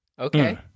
Okay